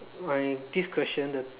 my this question the